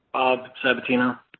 sabatino.